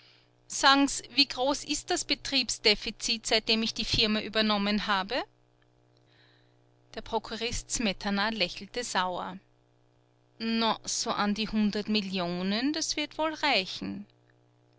wie groß ist das betriebsdefizit seitdem ich die firma übernommen habe der prokurist smetana lächelte sauer na so an die hundert millionen das wird wohl reichen